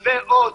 ועוד